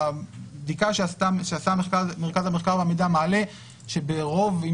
הבדיקה שעשה מרכז המחקר והמידע מעלה שברוב אם